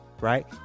Right